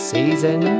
Season